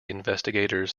investigators